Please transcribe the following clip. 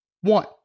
One